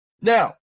Now